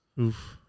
Oof